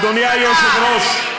אדוני היושב-ראש,